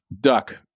duck